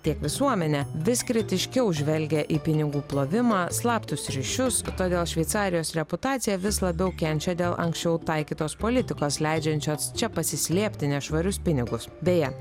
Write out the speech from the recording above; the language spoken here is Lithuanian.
tiek visuomenė vis kritiškiau žvelgia į pinigų plovimą slaptus ryšius todėl šveicarijos reputacija vis labiau kenčia dėl anksčiau taikytos politikos leidžiančios čia pasislėpti nešvarius pinigus beje